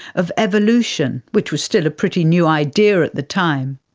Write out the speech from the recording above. of evolution, which was still a pretty new idea at the time,